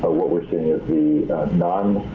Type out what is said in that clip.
but what we're seeing is the